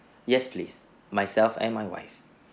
yes please myself and my wife